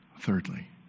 Thirdly